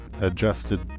adjusted